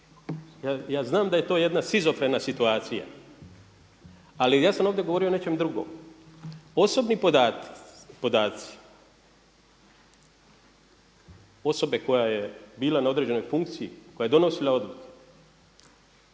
Ja znam da je to jedna šizofrena situacija, ali ja sam ovdje govorio o nečem drugom. Osobni podaci osobe koja je bila na određenoj funkciji koja je donosila odluke